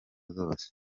zose